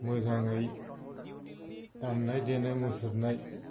मोजाङै दामनाय देनाय मुसुरनाय